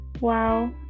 Wow